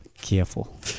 Careful